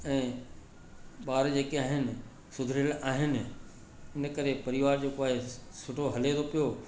ऐं ॿार जेके आहिनि सुधरियल आहिनि इन करे परिवार जेको आहे सुठो हले थो पियो